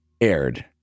aired